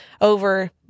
over